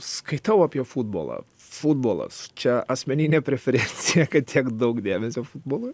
skaitau apie futbolą futbolas čia asmeninė preferencija kad tiek daug dėmesio futbolui